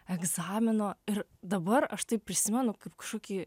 egzamino ir dabar aš tai prisimenu kaip kažkokį